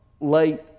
late